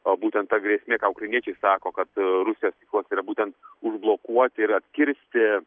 o būtent ta grėsmė ką ukrainiečiai sako kad rusijos tikslas yra būtent užblokuoti ir atkirsti